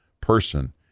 person